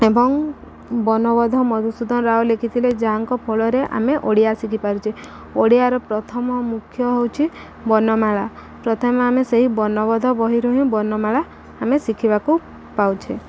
ଏବଂ ବର୍ଣ୍ଣବୋଧ ମଧୁସୂଦନ ରାଓ ଲେଖିଥିଲେ ଯାହାଙ୍କ ଫଳରେ ଆମେ ଓଡ଼ିଆ ଶିଖିପାରୁଛେ ଓଡ଼ିଆର ପ୍ରଥମ ମୁଖ୍ୟ ହେଉଛି ବର୍ଣ୍ଣମାଳା ପ୍ରଥମେ ଆମେ ସେହି ବର୍ଣ୍ଣବୋଧ ବହିରୁ ହିଁ ବଣ୍ଣମାଳା ଆମେ ଶିଖିବାକୁ ପାଉଛେ